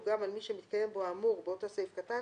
גם על מי שמתקיים בו האמור באותו סעיף קטן